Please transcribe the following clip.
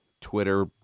Twitter